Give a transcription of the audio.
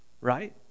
Right